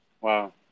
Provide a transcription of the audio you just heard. Wow